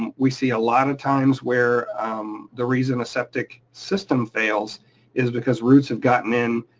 and we see a lot of times where the reason a septic system fails is because roots have gotten in